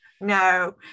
No